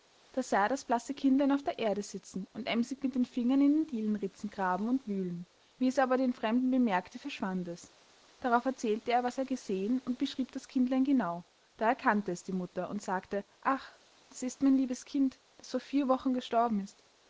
da sah er das blasse kindlein auf der erde sitzen und emsig mit den fingern in den dielenritzen graben und wühlen wie es aber den fremden bemerkte verschwand es darauf erzählte er was er gesehen und beschrieb das kindlein genau da erkannte es die mutter und sagte ach das ist mein liebes kind das vor vier wochen gestorben ist